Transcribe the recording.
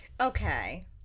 Okay